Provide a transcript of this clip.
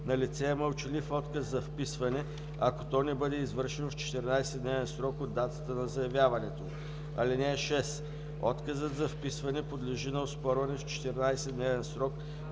Налице е мълчалив отказ за вписване, ако то не бъде извършено в 14-дневен срок от датата на заявяването му. (6) Отказът за вписване подлежи на оспорване в 14-дневен срок